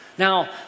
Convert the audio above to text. Now